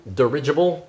dirigible